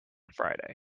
friday